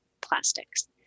plastics